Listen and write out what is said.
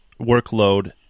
workload